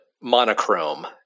monochrome